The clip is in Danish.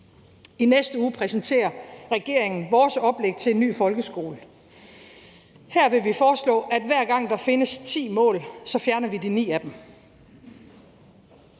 I næste uge præsenterer regeringen vores oplæg til en ny folkeskole. Her vil vi foreslå, at hver gang der findes ti mål, fjerner vi de ni af dem.